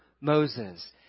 Moses